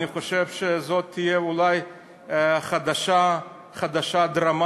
אני חושב שזאת תהיה אולי חדשה דרמטית,